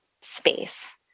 space